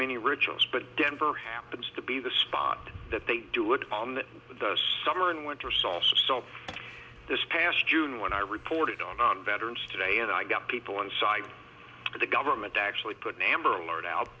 many rituals but denver happens to be the spot that they do it on the summer and winter solstice so this past june when i reported on veterans today and i got people inside the government actually put an amber alert